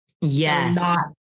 Yes